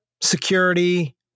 security